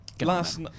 Last